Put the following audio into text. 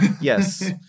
yes